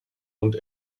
und